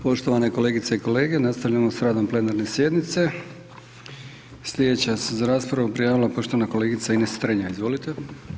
Poštovane kolegice i kolege, nastavljamo s radom plenarne sjednice, slijedeća se za raspravu prijavila poštovana kolegica Ines Strenja, izvolite.